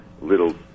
little